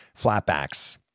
flatbacks